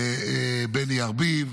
ולבני ארביב,